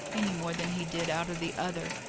any more than he did out of the other,